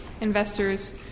investors